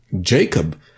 Jacob